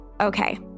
Okay